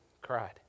cried